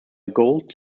gould